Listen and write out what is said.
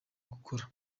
gukora